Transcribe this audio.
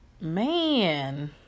man